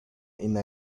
into